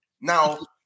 Now